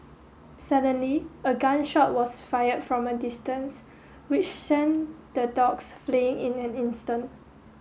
suddenly a gun shot was fired from a distance which sent the dogs fleeing in an instant